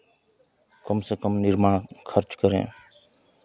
कम से कम निरमा खर्च करें